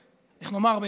איך לומר,